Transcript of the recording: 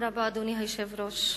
אדוני היושב-ראש,